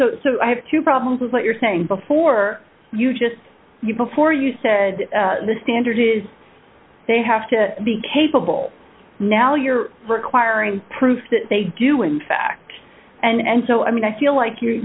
so i have two problems with what you're saying before you just before you said the standard is they have to be capable now you're requiring proof that they do in fact and so i mean i feel like you